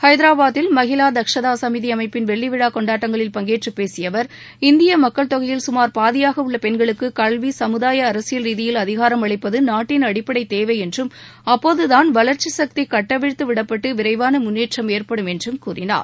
ஹைதராபாதில் மஹிளா தக்ஷதா சமிதி அமைப்பின் வெள்ளிவிழா கொண்டாட்டங்களில் பங்கேற்று பேசிய அவர் இந்திய மக்க்ளதொகையில் சுமார் பாதியாக உள்ள பெண்களுக்கு கல்வி சமுதாய அரசியல் ரீதியில் அதிகாரம் அளிப்பது நாட்டின் அடிப்படை தேவை என்றும் அப்போதுதான் வளர்ச்சி சக்தி கட்டவிழ்த்துவிடப்பட்டு விரைவான முன்னேற்றம் ஏற்படும் என்று கூறினார்